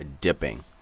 dipping